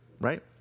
right